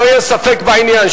שלא יהיה ספק בעניין,